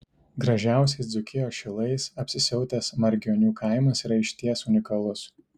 gražiausiais dzūkijos šilais apsisiautęs margionių kaimas yra išties unikalus